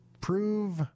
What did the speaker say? Prove